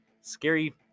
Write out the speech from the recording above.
scary